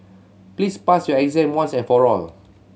please pass your exam once and for all